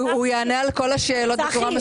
הישיבה ננעלה בשעה 11:56.